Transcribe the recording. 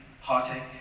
heartache